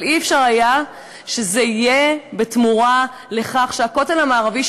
אבל אי-אפשר שזה יהיה בתמורה לכך שהכותל המערבי,